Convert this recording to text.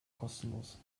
kostenlos